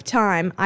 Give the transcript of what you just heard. time